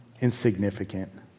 insignificant